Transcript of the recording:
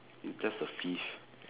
its just a thief